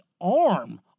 arm